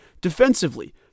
Defensively